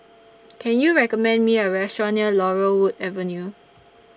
Can YOU recommend Me A Restaurant near Laurel Wood Avenue